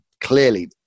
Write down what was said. clearly